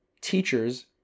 teachers